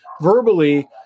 verbally